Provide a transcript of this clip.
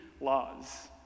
laws